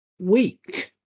week